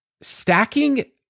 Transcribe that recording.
stacking